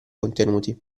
contenuti